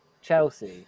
Chelsea